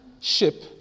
ship